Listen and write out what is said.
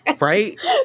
Right